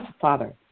Father